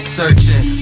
searching